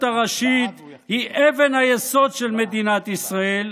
הראשית היא אבן היסוד של מדינת ישראל,